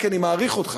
כי אני מעריך אותך: